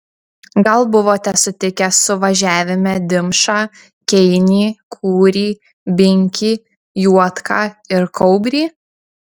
gal buvote sutikę suvažiavime dimšą keinį kūrį binkį juodką ir kaubrį